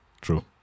True